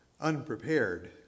unprepared